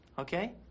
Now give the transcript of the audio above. Okay